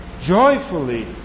joyfully